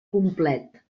complet